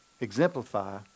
exemplify